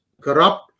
corrupt